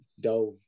dove